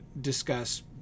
discuss